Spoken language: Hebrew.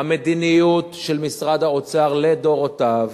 המדיניות של משרד האוצר לדורותיו,